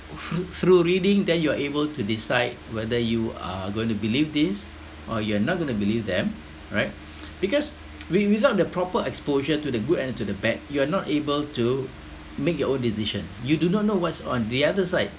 through through reading then you are able to decide whether you are going to believe this or you are not going to believe them right because wi~ without the proper exposure to the good and to the bad you are not able to make your own decision you do not know what's on the other side